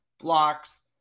blocks